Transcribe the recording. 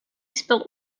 spilt